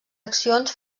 accions